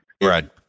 Right